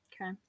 Okay